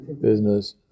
Business